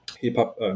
hip-hop